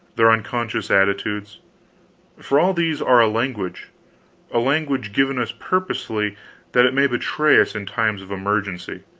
their unconscious attitudes for all these are a language a language given us purposely that it may betray us in times of emergency,